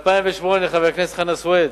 חבר הכנסת חנא סוייד,